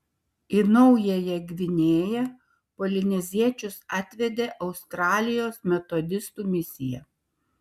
į naująją gvinėją polineziečius atvedė australijos metodistų misija